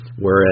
Whereas